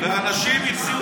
אנשים החזירו.